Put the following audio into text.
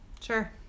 Sure